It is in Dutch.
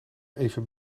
even